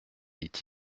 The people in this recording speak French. dit